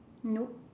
nope